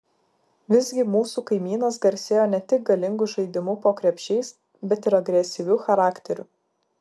visgi mūsų kaimynas garsėjo ne tik galingu žaidimu po krepšiais bet ir agresyviu charakteriu